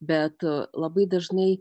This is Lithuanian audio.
bet labai dažnai